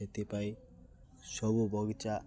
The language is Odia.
ସେଥିପାଇଁ ସବୁ ବଗିଚା